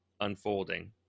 unfolding